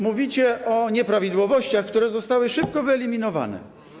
Mówicie o nieprawidłowościach, które zostały szybko wyeliminowane.